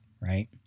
right